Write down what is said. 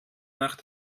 nach